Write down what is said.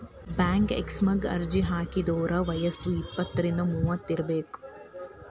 bank ಎಕ್ಸಾಮಗ ಅರ್ಜಿ ಹಾಕಿದೋರ್ ವಯ್ಯಸ್ ಇಪ್ಪತ್ರಿಂದ ಮೂವತ್ ಇರಬೆಕ್